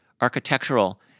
architectural